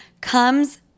comes